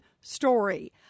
story